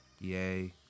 Yay